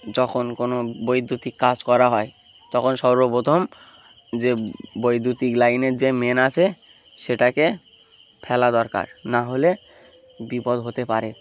যখন কোনো বৈদ্যুতিক কাজ করা হয় তখন সর্বপ্রথম যে বৈদ্যুতিক লাইনের যে মেইন আছে সেটাকে ফেলা দরকার না হলে বিপদ হতে পারে